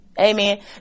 Amen